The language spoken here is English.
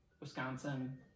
Wisconsin